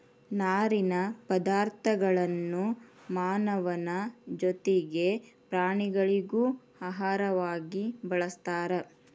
ನಾರಿನ ಪದಾರ್ಥಗಳನ್ನು ಮಾನವನ ಜೊತಿಗೆ ಪ್ರಾಣಿಗಳಿಗೂ ಆಹಾರವಾಗಿ ಬಳಸ್ತಾರ